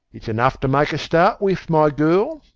it's enough to make a start with, my girl.